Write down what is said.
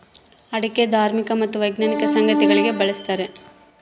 ಅಡಿಕೆ ಧಾರ್ಮಿಕ ಮತ್ತು ವೈಜ್ಞಾನಿಕ ಸಂಗತಿಗಳಿಗೆ ಬಳಸ್ತಾರ